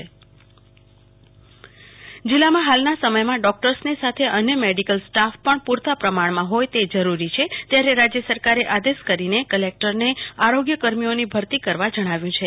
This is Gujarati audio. કલ્પના શાહ મેડીકલ સ્ટાફ ભરતી જીલ્લામાં ફાલના સમયમાં ડોક્ટર્સની સાથે અન્ય મેડીકલ સ્ટાફ પણ પૂરતા પ્રમાણમાં હોથ તે જરૂરી છે ત્યારે રાજ્ય સરકારે આદેશ કરી કલેકટરને આરોગ્ય કર્મીઓની ભરતી કરવા જણાવ્યું છે